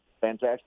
fantastic